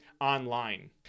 online